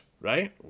right